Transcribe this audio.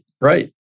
right